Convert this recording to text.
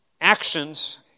actions